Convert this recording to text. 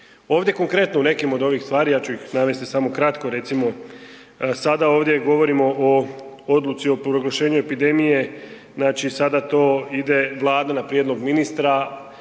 Ovdje konkretno u nekim od ovih stvari, ja ću ih navesti samo kratko, recimo sada ovdje govorimo o odluci o proglašenju epidemije, sada to ide Vlada na prijedlog ministra.